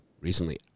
recently –